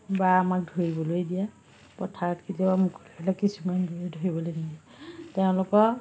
বা আমাক ধৰিবলৈ দিয়ে পথাৰত কেতিয়াবা মুকলি হ'লে কিছুমান গৰুৱে ধৰিবলৈ নিদিয়ে তেওঁলোকৰ